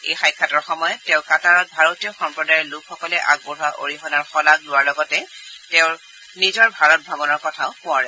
এই সাক্ষাতৰ সময়ত তেওঁ কাটাৰত ভাৰতীয় সম্প্ৰদায়ৰ লোকসকলে আগবঢ়োৱা অৰিহণাৰ শলাগ লোৱাৰ লগতে তেওঁৰ নিজৰ ভাৰত ভ্ৰমণৰ কথা সোঁৱৰে